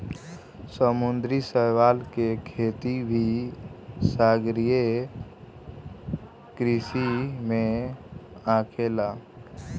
समुंद्री शैवाल के खेती भी सागरीय कृषि में आखेला